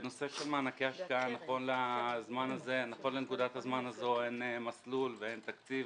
בנושא של מענקי השקעה נכון לנקודת הזמן הזו אין מסלול ואין תקציב,